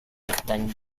están